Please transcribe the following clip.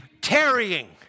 tarrying